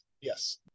Yes